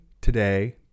today